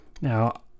Now